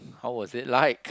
how was it like